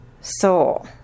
soul